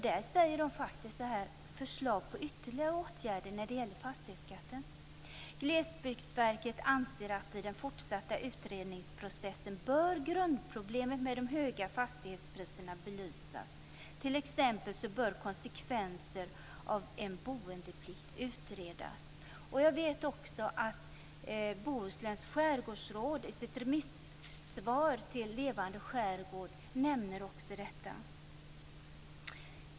I sitt förslag till ytterligare åtgärder när det gäller fastighetsskatten säger man följande: Glesbygdsverket anser att i den fortsatta utredningsprocessen bör grundproblemen med de höga fastighetspriserna belysas. T.ex. bör konsekvenser av en boendeplikt utredas. Jag vet att också Bohusläns skärgårdsråd i sitt remissvar till Levande skärgård nämner detta.